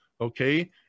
okay